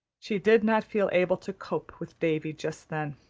she did not feel able to cope with davy just then.